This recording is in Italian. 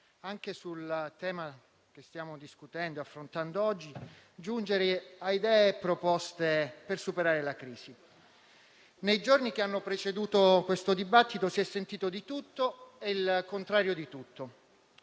anche sul tema che stiamo discutendo e affrontando oggi, giungere a idee e proposte per superare la crisi. Nei giorni che hanno preceduto questo dibattito si è sentito di tutto e il contrario di tutto.